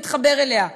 מתחבר אליה,